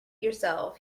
yourself